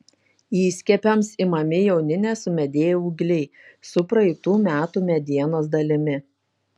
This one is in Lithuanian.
įskiepiams imami jauni nesumedėję ūgliai su praeitų metų medienos dalimi